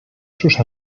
sus